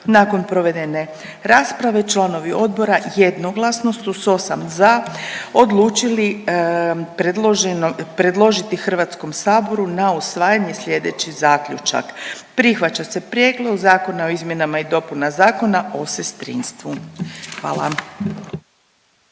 Nakon provedene rasprave članovi odbora jednoglasno su s 8 za odlučili predložiti HS na usvajanje slijedeći zaključak: Prihvaća se Prijedlog zakona o izmjenama i dopuna Zakona o sestrinstvu, hvala.